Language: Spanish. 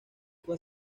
fue